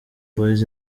boys